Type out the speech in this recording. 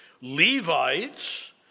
Levites